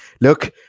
look